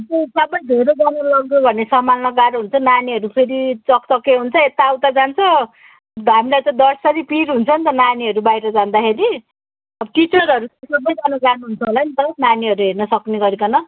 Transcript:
सबै धेरैजना लग्यो भने सम्हाल्न गाह्रो हुन्छ नानीहरू फेरि चकचके हुन्छ यताउता जान्छ हामीलाई त डरसरी पिर हुन्छ नि त नानीहरू बाहिर जाँदाखेरि टिचरहरू सबैजना जानुहुन्छ होला नि त नानीहरू हेर्नसक्ने गरीकन